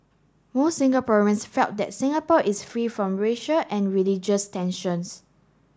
most Singaporeans felt that Singapore is free from racial and religious tension